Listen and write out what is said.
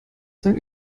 sein